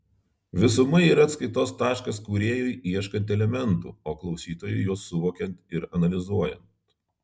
visuma yra atskaitos taškas kūrėjui ieškant elementų o klausytojui juos suvokiant ir analizuojant